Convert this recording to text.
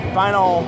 final